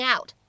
Out 。